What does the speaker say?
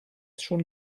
schon